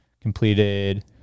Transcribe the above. completed